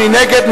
מי נגד?